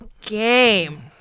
game